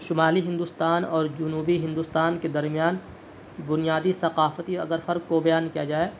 شمالی ہندوستان اور جنوبی ہندوستان کے درمیان بنیادی ثقافتی اگر فرق کو بیان کیا جائے